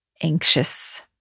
anxious